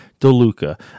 DeLuca